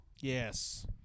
Yes